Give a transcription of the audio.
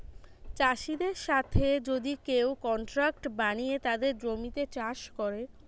চাষিদের সাথে যদি কেউ কন্ট্রাক্ট বানিয়ে তাদের জমিতে চাষ করে